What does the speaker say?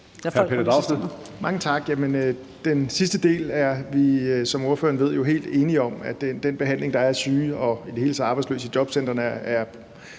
Mange tak. Den sidste del er vi, som ordføreren ved, jo helt enige om, nemlig at den behandling, der er af syge og i det hele taget af arbejdsløse i jobcentrene, er